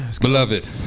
Beloved